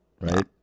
right